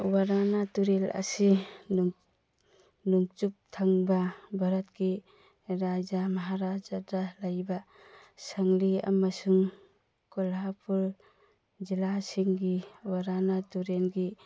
ꯑꯣꯕꯔꯥꯅꯥ ꯇꯨꯔꯦꯜ ꯑꯁꯤ ꯅꯣꯡꯆꯨꯞ ꯊꯪꯕ ꯚꯥꯔꯠꯀꯤ ꯔꯥꯏꯖ꯭ꯌꯥ ꯃꯍꯥꯔꯥꯖꯥꯗ ꯂꯩꯕ ꯁꯪꯂꯤ ꯑꯃꯁꯨꯡ ꯀꯣꯂꯥꯄꯨꯔ ꯖꯤꯜꯂꯥꯁꯤꯡꯒꯤ ꯑꯣꯕꯔꯥꯅꯥ ꯇꯨꯔꯦꯜꯒꯤ